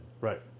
Right